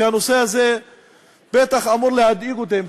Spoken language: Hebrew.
שהנושא הזה בטח אמור להדאיג אותם,